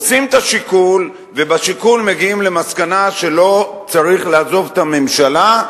עושים את השיקול ובשיקול מגיעים למסקנה שלא צריך לעזוב את הממשלה,